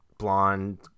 blonde